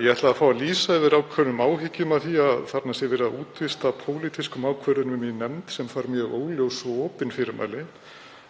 Ég ætla að lýsa yfir ákveðnum áhyggjum af því að þarna sé verið að útvista pólitískum ákvörðunum í nefnd sem fær mjög óljós og opin fyrirmæli,